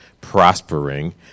prospering